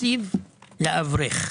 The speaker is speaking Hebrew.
תקציב לאברך.